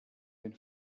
den